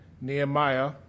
Nehemiah